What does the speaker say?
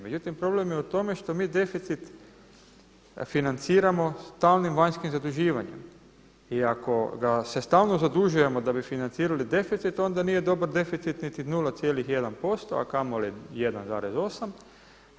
Međutim problem je u tom što mi deficit financiramo stalnim vanjskim zaduživanjem i ako se stalno zadužujemo da bi financirali deficit onda nije dobar deficit niti 0,1% a kamoli 1,8.